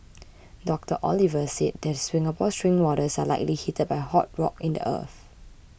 Doctor Oliver said the Singapore spring waters are likely heated by hot rock in the earth